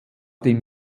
dem